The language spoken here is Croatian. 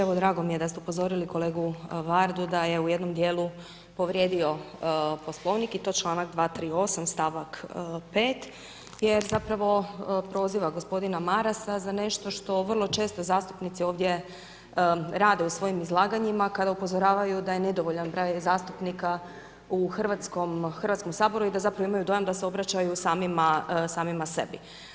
Evo drago mi je da ste upozorili kolegu Vardu da je u jednom dijelu povrijedio Poslovnik i to članak 238. stavak 5. jer zapravo proziva gospodina Marasa za nešto što vrlo često zastupnici ovdje rade u svojim izlaganjima kada upozoravaju da je nedovoljan broj zastupnika u Hrvatskom saboru i da zapravo imaju dojam se obraćaju samima, samima sebi.